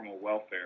welfare